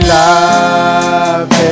love